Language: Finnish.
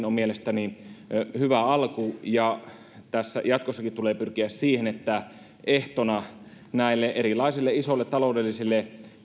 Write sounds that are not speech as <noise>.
<unintelligible> on mielestäni hyvä alku tässä jatkossakin tulee pyrkiä siihen että ehtona näille erilaisille isoille taloudellisille